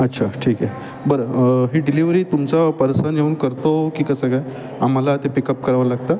अच्छा ठीक आहे बरं ही डिलिव्हरी तुमचं पर्सन येऊन करतो की कसं काय आम्हाला ते पिकअप करावं लागतं